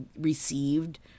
received